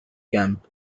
camp